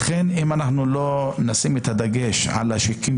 לכן אם אנחנו לא נשים דגש על השיקום